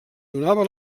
donava